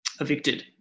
evicted